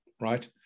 right